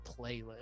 playlist